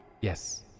Yes